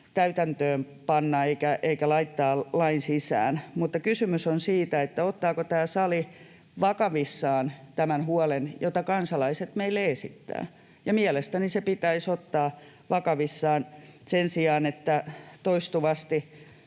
täytäntöön panna eikä laittaa lain sisään — siitä, ottaako tämä sali vakavissaan tämän huolen, jonka kansalaiset meille esittävät. Mielestäni se pitäisi ottaa vakavissaan sen sijaan, että toistuvasti